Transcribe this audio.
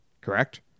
Correct